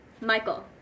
Michael